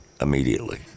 immediately